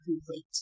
complete